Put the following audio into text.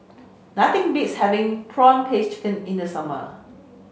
nothing beats having prawn paste chicken in the summer